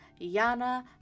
Yana